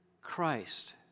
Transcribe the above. Christ